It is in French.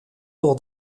pour